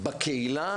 בקהילה